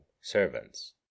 servants